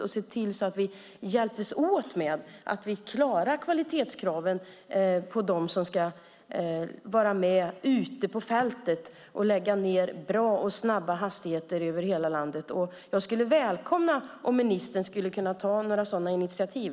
Man skulle kunna tänka sig att vi hjälptes åt så att de som ska vara med ute på fältet och lägga ned kabel för bra och snabba hastigheter över hela landet klarar kvalitetskraven. Jag skulle välkomna om ministern kunde ta några sådana initiativ.